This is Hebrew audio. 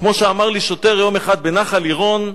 כמו שאמר לי שוטר יום אחד בנחל עירון,